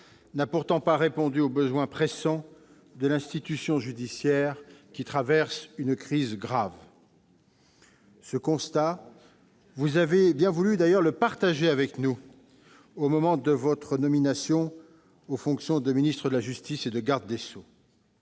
n'a pourtant pas répondu aux besoins pressants de l'institution judiciaire, qui traverse une crise grave. Ce constat, vous avez bien voulu le partager avec nous lors de votre nomination aux fonctions de ministre de la justice et de garde des sceaux.